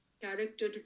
character